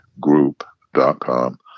group.com